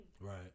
Right